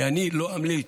כי אני לא אמליץ.